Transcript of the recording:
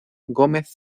gómez